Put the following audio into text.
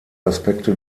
aspekte